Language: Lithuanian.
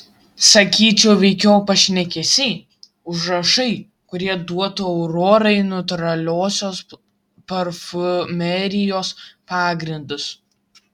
sakyčiau veikiau pašnekesiai užrašai kurie duotų aurorai natūraliosios parfumerijos pagrindus